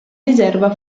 riserva